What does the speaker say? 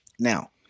Now